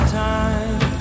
time